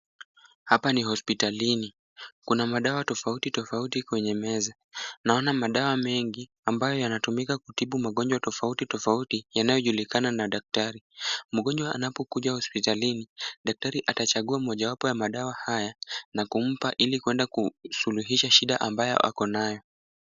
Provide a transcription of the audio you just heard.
Hapa ni hospitalini. Kuna madawa tofauti tofauti kwenye meza. Naona madawa mengi ambayo yanatumika kutibu magonjwa tofauti tofauti yanayojulikana na daktari. Mgonjwa anapokuja hospitalini daktari atachagua mojawapo ya madawa haya na kumpa ili kuenda kusuluhisha shida ambayo ako nayo.